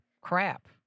crap